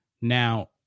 Now